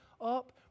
up